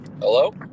Hello